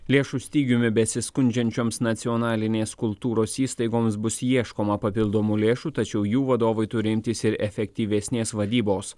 lėšų stygiumi besiskundžiančioms nacionalinės kultūros įstaigoms bus ieškoma papildomų lėšų tačiau jų vadovai turintys ir efektyvesnės vadybos